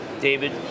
David